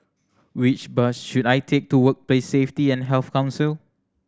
which bus should I take to Workplace Safety and Health Council